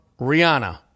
Rihanna